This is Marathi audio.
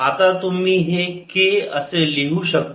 आता तुम्ही हे k असे लिहू शकता